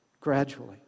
gradually